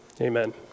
amen